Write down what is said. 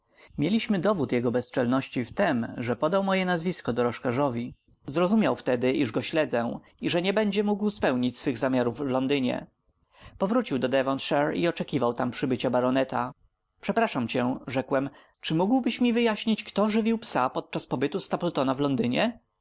mieliśmy dowód jego bezczelności w tem że podał moje nazwisko dorożkarzowi zrozumiał wtedy iż go śledzę i że nie będzie mógł spełnić swych zamiarów w londynie powrócił do devonshire i oczekiwał tam przybycia baroneta przepraszam cię rzekłem czy mógłbyś mi wyjaśnić kto żywił psa podczas pobytu stapletona w londynie